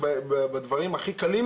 בדברים הכי קלים,